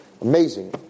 Amazing